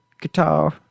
guitar